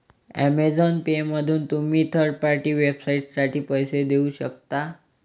Amazon पेमधून तुम्ही third party वेबसाइटसाठी पैसे देऊ शकता